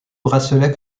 bracelet